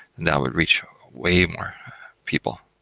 that would reach way more people.